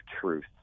truth